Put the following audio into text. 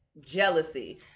jealousy